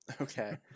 okay